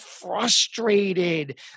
frustrated